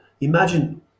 Imagine